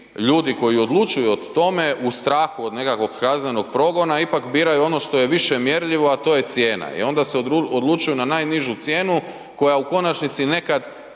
ljudi koji odlučuju o tome u strahu od nekakvog kaznenog progona ipak biraju ono što je više mjerljivo, a to je cijena. I onda se odlučuju na najnižu cijenu koja u konačnici nekad,